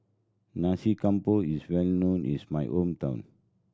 Nasi Campur is well known is my hometown